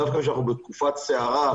דווקא כשאנחנו בתקופת סערה,